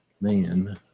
Man